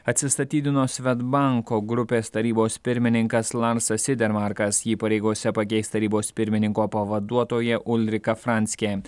atsistatydino svedbanko grupės tarybos pirmininkas larsas idermarkas jį pareigose pakeis tarybos pirmininko pavaduotoja ulrika franckė